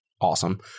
awesome